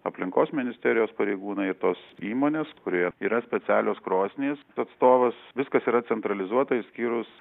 aplinkos ministerijos pareigūnai tos įmonės kurioje yra specialios krosnies atstovas viskas yra centralizuota išskyrus